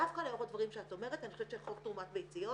דווקא לרוב הדברים שאת אומרת אני חושבת שחוק תרומת ביציות